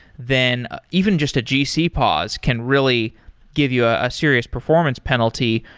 then even just a gc pause can really give you a a serious performance penalty,